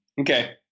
Okay